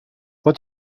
what